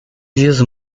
diz